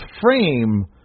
frame